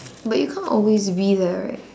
but you can't always be there right